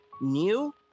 new